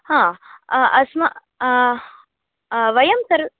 हा अ अस्मा वयं सर्व्